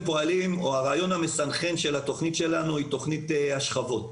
הרעיון המסנכרן של התוכנית שלנו הוא תוכנית השכבות,